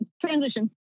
Transition